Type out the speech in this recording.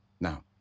Now